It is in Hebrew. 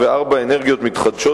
4. אנרגיות מתחדשות,